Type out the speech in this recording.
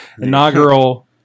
inaugural